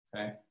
okay